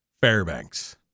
Fairbanks